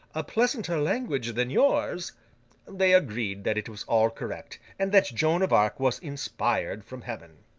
a pleasanter language than yours they agreed that it was all correct, and that joan of arc was inspired from heaven.